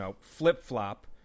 flip-flop